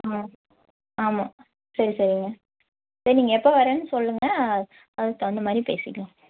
ம் ஆமாம் சரி சரிங்க சரி நீங்கள் எப்போ வரேனு சொல்லுங்க அதுக்கு தகுந்த மாதிரி பேசிக்கலாம்